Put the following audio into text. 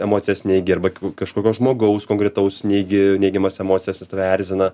emocijas neigi arba k kažkokio žmogaus konkretaus neigi neigiamas emocijas jis tave erzina